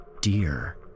Dear